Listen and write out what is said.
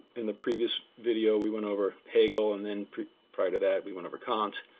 in the previous video we went over hegel and then prior to that we went over kant,